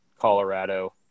Colorado